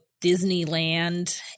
Disneyland